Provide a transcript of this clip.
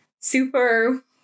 super